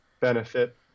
benefit